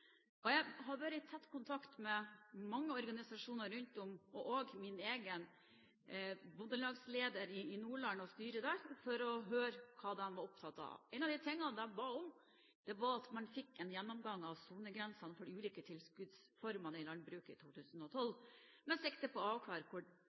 utfordringer. Jeg har vært i tett kontakt med mange organisasjoner rundt om, også min egen bondelagsleder i Nordland og styret der, for å høre hva de var opptatt av. En av de tingene de ba om, var at man fikk en gjennomgang av sonegrensene for de ulike tilskuddsformene i landbruket i 2012,